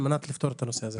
על מנת לפתור את הנושא הזה.